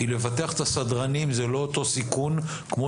כי לבטח את הסדרנים זה לא אותו סיכון כמו